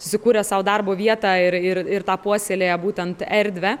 susikūrė sau darbo vietą ir ir ir tą puoselėja būtent erdvę